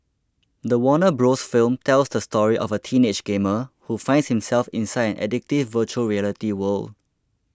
the Warner Bros film tells the story of a teenage gamer who finds himself inside an addictive Virtual Reality world